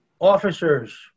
Officers